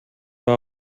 war